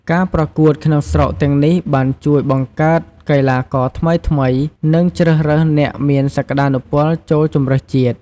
ការប្រកួតក្នុងស្រុកទាំងនេះបានជួយបង្កើតកីឡាករថ្មីៗ និងជ្រើសរើសអ្នកមានសក្ដានុពលចូលជម្រើសជាតិ។